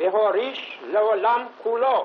והוריש לעולם כולו